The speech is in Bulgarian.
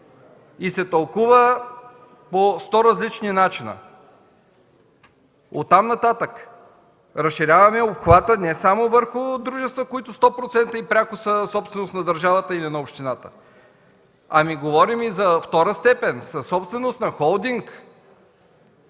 и се тълкува по сто различни начина! Оттам нататък, разширяваме обхвата не само върху дружества, които са 100% и пряко собственост на държавата или общината, но говорим и за втора степен – съсобственост на холдинг.